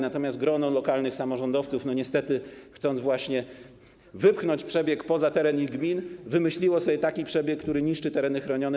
Natomiast grono lokalnych samorządowców, chcąc właśnie wypchnąć przebieg poza teren ich gmin, niestety wymyśliło sobie taki przebieg, który niszczy tereny chronione.